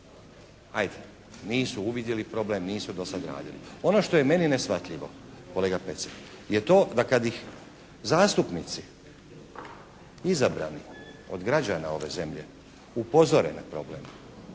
Ajde, nisu uvidjeli problem, nisu do sad radili. Ono što je meni neshvatljivo kolega Pecek je to da kad ih zastupnici izabrani od građana ove zemlje upozore na problem,